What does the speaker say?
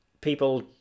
people